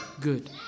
Good